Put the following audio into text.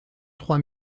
trois